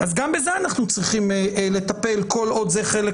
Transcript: אז גם בזה אנחנו צריכים לטפל כל עוד זה חלק